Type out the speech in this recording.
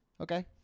Okay